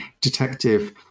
detective